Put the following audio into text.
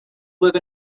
live